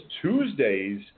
Tuesdays